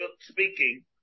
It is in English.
speaking